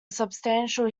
substantial